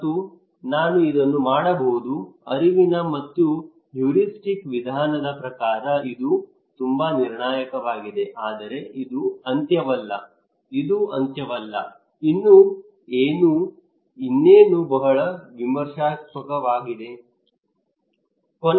ಮತ್ತು ನಾನು ಇದನ್ನು ಮಾಡಬಹುದು ಅರಿವಿನ ಮತ್ತು ಹ್ಯೂರಿಸ್ಟಿಕ್ ವಿಧಾನದ ಪ್ರಕಾರ ಇದು ತುಂಬಾ ನಿರ್ಣಾಯಕವಾಗಿದೆ ಆದರೆ ಇದು ಅಂತ್ಯವಲ್ಲ ಇದು ಅಂತ್ಯವಲ್ಲ ಇನ್ನೂ ಏನು ಇನ್ನೇನು ಬಹಳ ವಿಮರ್ಶಾತ್ಮಕವಾಗಿದೆ